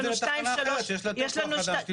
זה לתחנה אחרת שיש לה יותר כוח אדם שתבדוק את הסרטון.